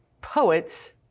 poets